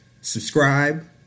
Subscribe